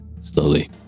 Slowly